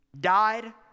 Died